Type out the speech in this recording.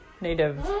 Native